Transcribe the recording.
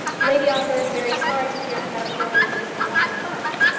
lady ongar is very sorry to hear that madame gordeloup is in want of funds.